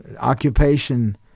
occupation